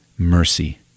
mercy